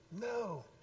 no